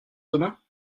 demain